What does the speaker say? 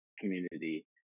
community